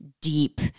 deep